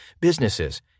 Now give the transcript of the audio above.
businesses